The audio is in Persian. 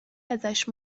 ازش